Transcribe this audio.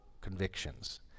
convictions